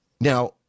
now